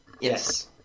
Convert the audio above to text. Yes